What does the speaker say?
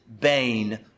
bane